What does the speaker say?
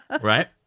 right